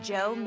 Joe